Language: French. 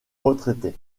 retraités